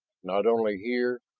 not only here.